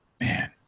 man